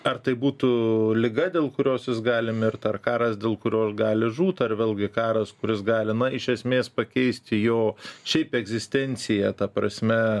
ar tai būtų liga dėl kurios jis gali mirt ar karas dėl kurio gali žūt ar vėlgi karas kuris gali na iš esmės pakeisti jo šiaip egzistenciją ta prasme